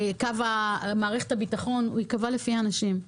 מערכת הביטחון הוא ייקבע לפי האנשים.